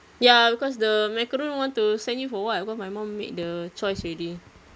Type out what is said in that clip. ya cause the macaron want to send you for what because my mum made the choice already